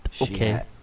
Okay